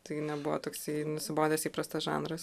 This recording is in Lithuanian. taigi nebuvo toks nusibodęs įprastas žanras